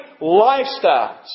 lifestyles